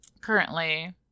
currently